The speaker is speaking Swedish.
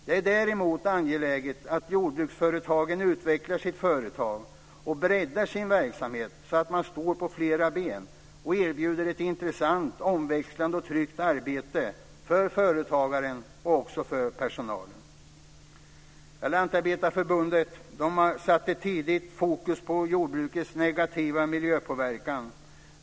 Det är däremot angeläget att jordbruksföretagaren utvecklar sitt företag och breddar sin verksamhet så att man står på flera ben och erbjuder ett intressant, omväxlande och tryggt arbete för företagaren och personalen. Lantarbetareförbundet satte tidigt fokus på jordbrukets negativa miljöpåverkan.